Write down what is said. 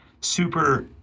super